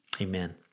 Amen